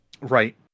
Right